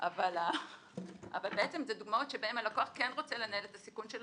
אבל בעצם זה דוגמאות שבהם הלקוח כן רוצה לנהל את הסיכון שלו,